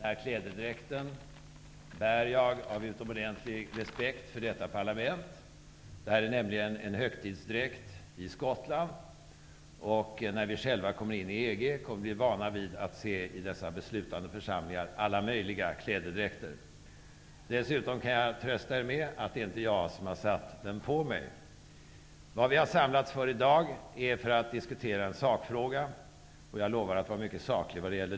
Fru talman! Först och främst vill jag tala om att jag bär denna klädedräkt av utomordentlig respekt för detta parlament. Det här är nämligen en högtidsdräkt i Skottland. När Sverige blir medlem i EG kommer vi att bli vana vid att se alla möjliga klädedräkter i dessa beslutande församlingar. Dessutom kan jag trösta er med att det inte är jag som har satt på mig denna dräkt. Vi har samlats för att diskutera en sakfråga, och jag lovar att vara mycket saklig.